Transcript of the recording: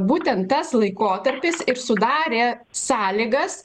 būtent tas laikotarpis ir sudarė sąlygas